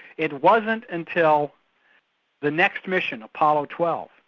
it wasn't until the next mission, apollo twelve,